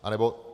Anebo...